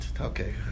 okay